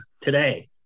today